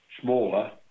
smaller